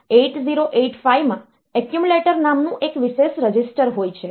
8085 માં એક્યુમ્યુલેટર નામનું એક વિશેષ રજીસ્ટર હોય છે